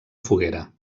foguera